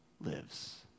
lives